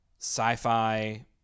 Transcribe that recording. sci-fi